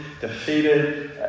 defeated